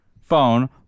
phone